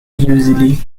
usually